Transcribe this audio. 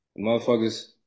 motherfuckers